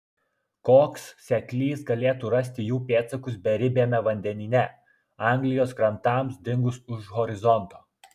koks seklys galėtų rasti jų pėdsakus beribiame vandenyne anglijos krantams dingus už horizonto